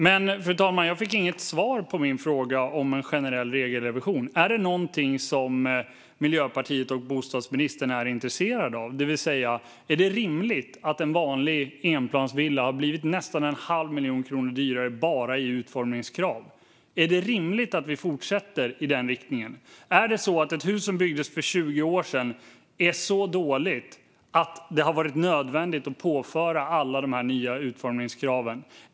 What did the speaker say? Fru talman! Jag fick inget svar på min fråga om en generell regelrevision. Är det något Miljöpartiet och bostadsministern är intresserade av? Är det rimligt att en vanlig enplansvilla har blivit nästan en halv miljon kronor dyrare bara på grund av utformningskrav? Är det rimligt att vi fortsätter i denna riktning? Är ett hus som byggdes för 20 år sedan så dåligt att det har varit nödvändigt att påföra alla dessa nya utformningskrav?